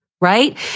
right